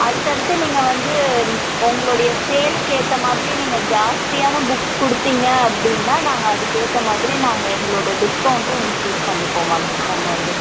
அடுத்து அடுத்து நீங்கள் வந்து உங்களுடைய சேலுக்கு ஏத்த மாதிரி நீங்கள் ஜாஸ்தியான புக்ஸ் கொடுத்திங்க அப்படினா நாங்கள் அதுக்கு ஏற்ற மாதிரி நாங்கள் எங்களோட டிஸ்க்காவுண்ட்டும் இன்கிரீஸ் பண்ணிப்போம் மேம் நாங்கள் வந்து